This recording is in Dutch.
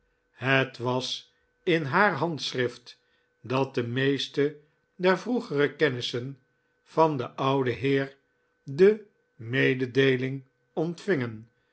het was in haar handschrift dat de meeste der vroegere kennissen van den ouden heer de rnededeeling ontvingen